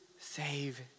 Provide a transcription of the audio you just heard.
save